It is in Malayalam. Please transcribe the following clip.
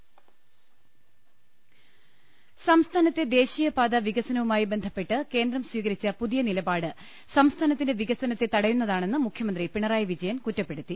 ൾ ൽ ൾ സംസ്ഥാനത്തെ ദേശീയപാത വികസനവുമായി ബന്ധപ്പെട്ട് കേന്ദ്രം സ്വീകരിച്ച പുതിയ നിലപാട് സംസ്ഥാനത്തിന്റെ വികസ നത്തെ തടയുന്നതാണെന്ന് മുഖ്യമന്ത്രി പിണറായി വിജയൻ കുറ്റ പ്പെടുത്തി